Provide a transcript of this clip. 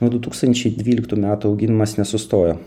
nuo du tūkstančiai dvyliktų metų augimas nesustojo